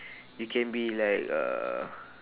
you can be like uh